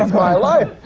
my life!